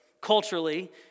culturally